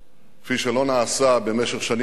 כפי שלא נעשה במשך שנים רבות,